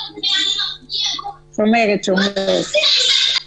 שומרת, שומרת.